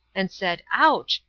and said ouch!